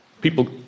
People